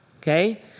okay